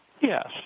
Yes